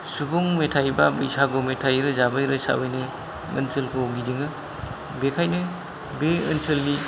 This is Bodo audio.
सुबुं मेथाय बा बैसागु मेथाय रोजाबै रोजाबैनो ओनसोलखौ गिदिङो बेखायनो बे ओनसोलनि